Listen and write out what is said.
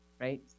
right